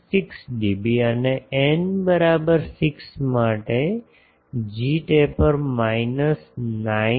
66 dB N બરાબર 6 માટે જીટેપર માઇનસ 9